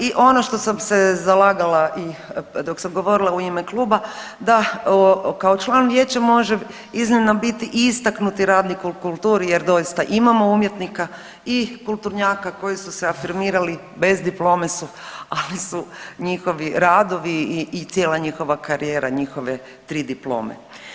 I ono što sam se zalagala i dok sam govorila u ime kluba da kao član vijeća može iznimno biti istaknuti radnik u kulturi jer doista imamo umjetnika i kulturnjaka koji su se afirmirali, bez diplome su, ali su njihovi radovi i cijela njihova karijera njihove 3 diplome.